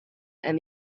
and